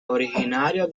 originario